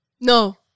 No